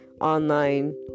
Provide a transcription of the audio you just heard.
online